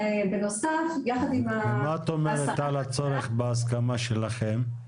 מה את אומרת על הצורך בהסכמה שלכם?